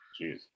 Jeez